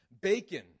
bacon